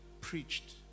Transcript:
preached